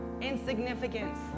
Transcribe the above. Insignificance